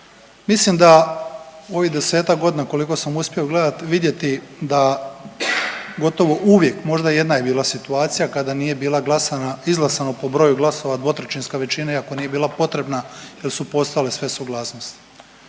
mislim da u ovih 10-tak godina koliko sam uspio gledat, vidjeti da gotovo uvijek, možda jedna je bila situacija kada nije bila glasana, izglasana po broju glasova dvotrećinska većina, iako nije bila potrebna da su postojale sve suglasnosti.